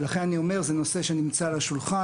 לכן אני אומר זה נושא שנמצא על השולחן.